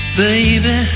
baby